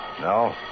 no